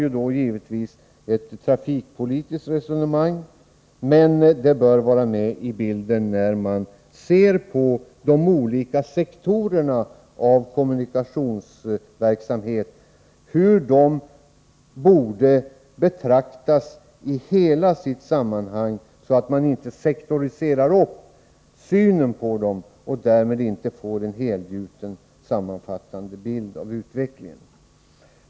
Detta hör givetvis hemma ii ett trafikpolitiskt resonemang, men det bör vara med i bilden när man ser på de olika sektorerna av kommunikationsverksamheten. De bör betraktas i hela sitt sammanhang — och inte sektoriseras, så att man inte får en helgjuten, sammanfattande bild av utvecklingen.